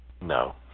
No